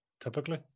typically